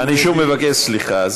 אני שוב מבקש סליחה.